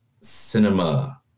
cinema